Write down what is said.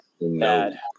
bad